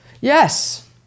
yes